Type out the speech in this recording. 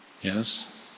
Yes